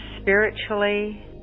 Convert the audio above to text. spiritually